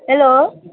hello